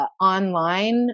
online